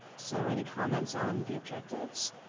so any comments on the objectives?